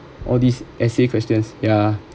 all this essay questions ya